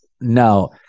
no